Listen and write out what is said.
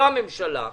לא הממשלה,